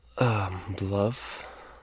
Love